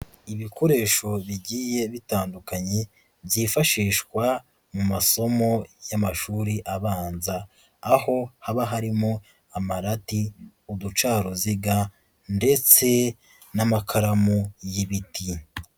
Ibikoresho bigiye bitandukanye byifashishwa mu masomo y'amashuri abanza, aho haba harimo amarati, uducaruziga ndetse n'amakaramu y'ibiti.